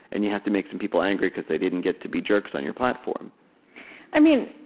and you have to make some people angry because they didn't get to be jerks on your platform i mean,